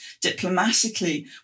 diplomatically